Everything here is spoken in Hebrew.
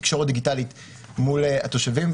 תקשורת דיגיטלית מול התושבים,